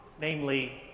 namely